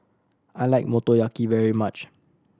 I like Motoyaki very much